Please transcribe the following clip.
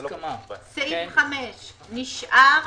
נשאר,